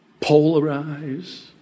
polarize